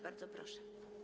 Bardzo proszę.